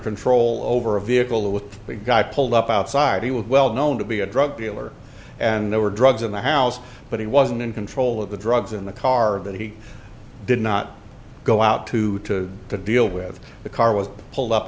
control over a vehicle with the guy pulled up outside he was well known to be a drug dealer and there were drugs in the house but he wasn't in control of the drugs in the car that he did not go out to to to deal with the car was pulled up